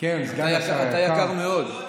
אתה יקר מאוד.